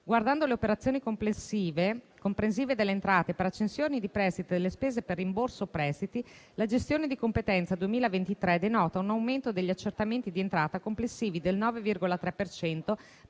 Guardando alle operazioni complessive, comprensive delle entrate per accensione di prestiti delle spese per rimborso prestiti, la gestione di competenza 2023 denota un aumento degli accertamenti di entrata complessivi del 9,3